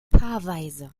paarweise